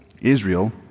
Israel